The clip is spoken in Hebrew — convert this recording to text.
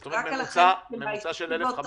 זאת אומרת, ממוצע של 1,500?